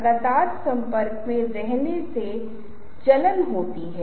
बहुत बार अपने दर्शकों को इन बातों को जानना नहीं चाहते हैं